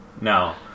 no